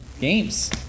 Games